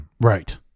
Right